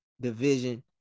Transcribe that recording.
division